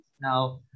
now